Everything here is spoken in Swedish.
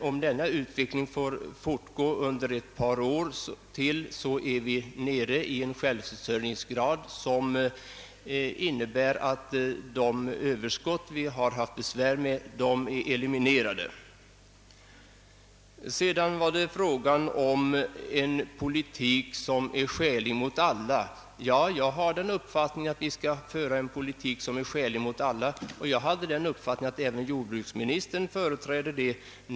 Om utvecklingen får fortgå under ett par år till har vi alltså fått en sådan självförsörjningsgrad att det överskott som tidigare vållat oss besvär har eliminerats. Jordbruksministern talade om behovet av en politik som är skälig mot alla. Jag har också den uppfattningen att vi skall föra en sådan politik, och jag hade trott att även jordbruksministern företrädde den åsikten.